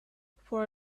for